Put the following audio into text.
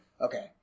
Okay